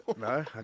no